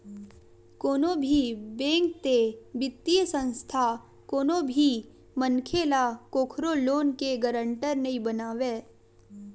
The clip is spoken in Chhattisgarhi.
कोनो भी बेंक ते बित्तीय संस्था कोनो भी मनखे ल कखरो लोन के गारंटर नइ बनावय